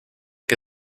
que